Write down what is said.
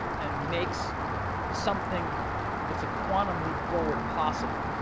and makes something that's a quantum leap forward possible.